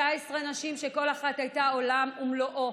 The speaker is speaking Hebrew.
19 נשים שכל אחת הייתה עולם ומלואו.